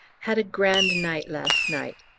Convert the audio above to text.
had a grand night last night.